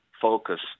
focus